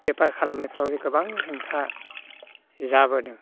बेफार खालामनायफ्रावबो गोबां हेंथा जाबोदों